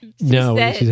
No